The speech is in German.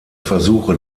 versuche